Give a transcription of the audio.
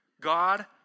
God